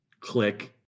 Click